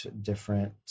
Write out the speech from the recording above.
different